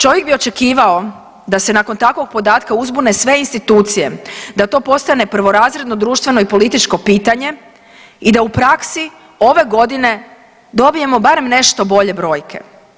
Čovjek bi očekivao da se nakon takvog podatka uzbune sve institucije, da to postane prvorazredno društvo i političko pitanje i da u praksi ove godine dobijemo barem nešto bolje brojke.